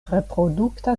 reprodukta